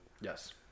Yes